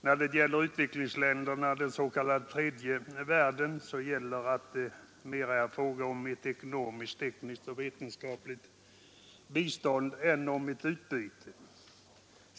När det gäller utvecklingsländerna, den s.k. tredje världen, är det mera fråga om ett ekonomiskt, tekniskt och vetenskapligt bistånd än om ett utbyte.